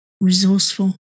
resourceful